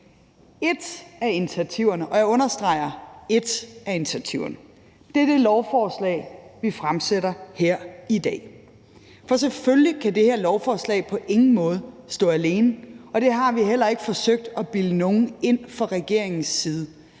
Et af initiativerne – og jeg understreger, at det er et af initiativerne – er det lovforslag, vi behandler her i dag. For selvfølgelig kan det her lovforslag på ingen måde stå alene, og det har vi heller ikke forsøgt at bilde nogen ind fra regeringens side.